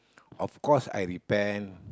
of course I repent